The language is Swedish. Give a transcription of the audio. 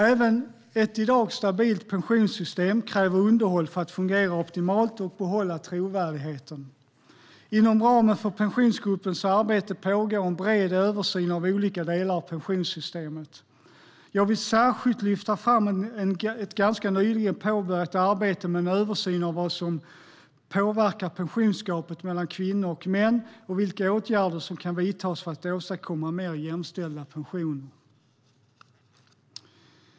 Även ett i dag stabilt pensionssystem kräver underhåll för att fungera optimalt och behålla trovärdigheten. Inom ramen för Pensionsgruppens arbete pågår en bred översyn av olika delar av pensionssystemet. Jag vill särskilt lyfta fram ett nyligen påbörjat arbete med en översyn av vad som påverkar pensionsgapet mellan kvinnor och män och vilka åtgärder som kan vidtas för att åstadkomma mer jämställda pensioner.